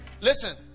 Listen